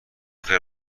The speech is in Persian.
خیر